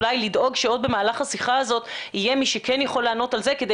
אולי לדאוג שעוד במהלך השיחה הזאת יהיה מי שכן יכול לענות על זה כדי